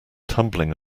tumbling